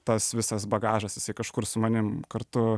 tas visas bagažas jisai kažkur su manim kartu